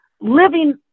living